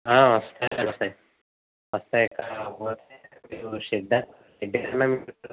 వస్తాయి అండి వస్తాయి కాకపోతే మీరు షెడ్ వేస్తా షెడ్ వేస్తా అని చెప్పారు